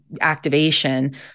activation